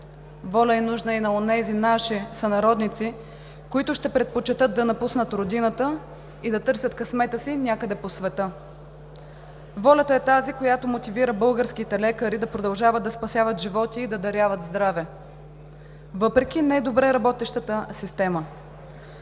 Воля е нужна и на онези наши сънародници, които ще предпочетат да напуснат Родината и да търсят късмета си някъде по света. Волята е тази, която мотивира българските лекари да продължават да спасяват живот и да даряват здраве въпреки недобре работещата система.